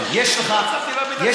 תקשיב, יש לך, לא הצלחתי להבין את העניין.